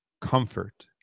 Comfort